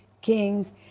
kings